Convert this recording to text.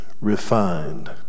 refined